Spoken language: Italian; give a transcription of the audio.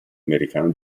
americano